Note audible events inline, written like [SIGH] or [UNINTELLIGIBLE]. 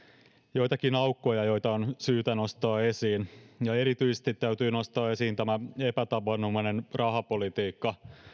joitakin aukkoja joita on syytä nostaa esiin erityisesti täytyy nostaa esiin epätavanomainen rahapolitiikka [UNINTELLIGIBLE] [UNINTELLIGIBLE]